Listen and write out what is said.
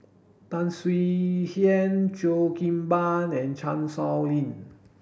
Tan Swie Hian Cheo Kim Ban and Chan Sow Lin